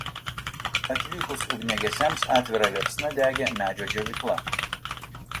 atvykus ugniagesiams atvira liepsna degė medžio džiovykla